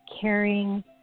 caring